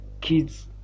kids